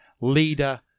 leader